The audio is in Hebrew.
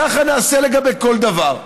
ככה נעשה לגבי כל דבר.